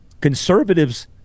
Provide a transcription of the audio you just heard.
conservatives